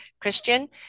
Christian